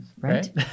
right